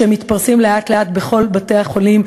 שמתפרסים לאט-לאט בכל בתי-החולים,